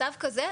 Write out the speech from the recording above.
במצב כזה,